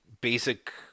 basic